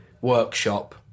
workshop